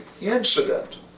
incident